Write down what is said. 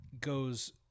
goes